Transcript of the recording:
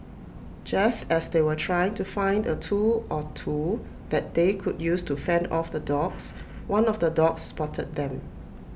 just as they were trying to find A tool or two that they could use to fend off the dogs one of the dogs spotted them